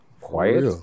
Quiet